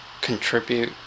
contribute